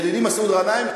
ידידי מסעוד גנאים,